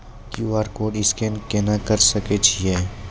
QR code scan केना करै सकय छियै?